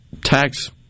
tax